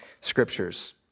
scriptures